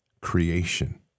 creation